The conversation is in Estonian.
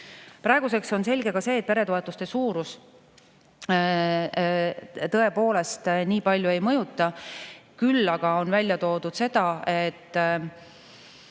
Praeguseks on selge ka see, et peretoetuste suurus tõepoolest nii palju ei mõjuta. Küll aga on välja toodud seda, et